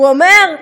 הוא אומר: